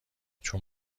چون